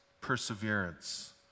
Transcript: perseverance